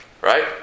Right